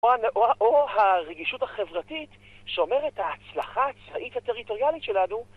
או הרגישות החברתית שאומרת ההצלחה הצבאית הטריטוריאלית שלנו